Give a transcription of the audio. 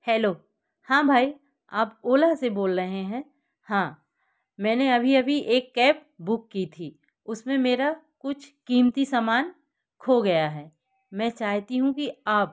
hello हाँ भाई आप ओला से बोल रहे हैं हाँ मैंने अभी अभी एक कैब बुक की थी उसमें मेरा कुछ कीमती सामान खो गया है मैं चाहती हूँ कि आप